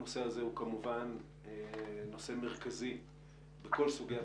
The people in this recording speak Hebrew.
הנושא הזה הוא נושא מרכזי בכל סוגיית